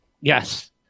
Yes